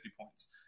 points